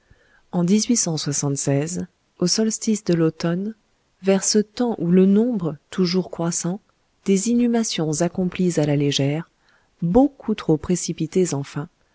en au solstice de l'automne vers ce temps où le nombre toujours croissant des inhumations accomplies à la légère beaucoup trop précipitées enfin